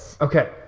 okay